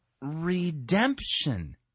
redemption